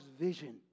vision